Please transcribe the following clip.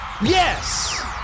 Yes